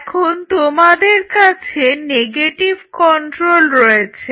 এখন তোমাদের কাছে নেগেটিভ কন্ট্রোল রয়েছে